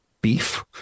beef